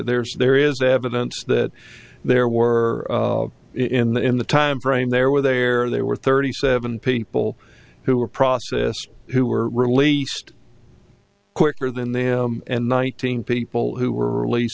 there's there is evidence that there were in the in the timeframe there were there there were thirty seven people who were process who were released quicker than them and nineteen people who were released